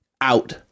out